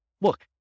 look